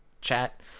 chat